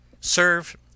serve